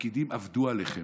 הפקידים עבדו עליכם.